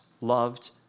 loved